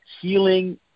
healing